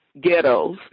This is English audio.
ghettos